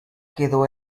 quedó